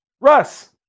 Russ